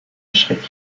erschreckt